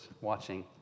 watching